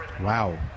Wow